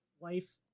life